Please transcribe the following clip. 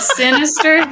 sinister